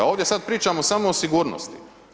Ovdje sada pričamo samo o sigurnosti.